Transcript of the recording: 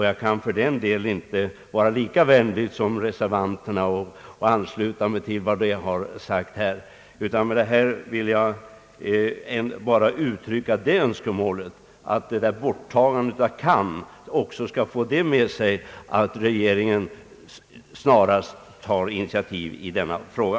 Jag kan fördenskull inte ansluta mig till vad reservanterna sagt. Jag vill bara uttrycka det önskemålet att borttagandet av »kan» i utskottets betänkande också skall föra det med sig att regeringen snarast tar initiativ i denna fråga.